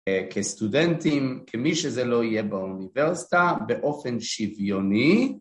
כסטודנטים, כמי שזה לא יהיה באוניברסיטה, באופן שוויוני